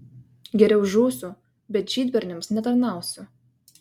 geriau žūsiu bet žydberniams netarnausiu